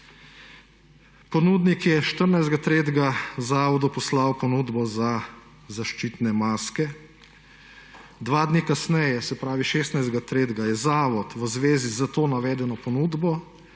Ponudnik je 14. 3. zavodu poslal ponudbo za zaščitne maske. Dva dni kasneje, se pravi 16. 3., je zavod v zvezi s to navedeno ponudbo